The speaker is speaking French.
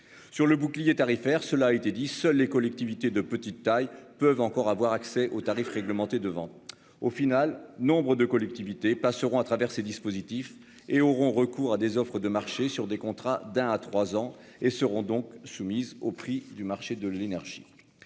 Sur le bouclier tarifaire, cela a été dit, seuls les collectivités de petite taille peuvent encore avoir accès aux tarifs réglementés de vente. Au final, nombre de collectivités passeront à travers ces dispositifs et auront recours à des offres de marché sur des contrats d'un à 3 ans et seront donc soumises au prix du marché de l'énergie.